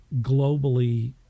globally